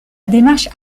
démarche